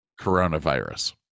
coronavirus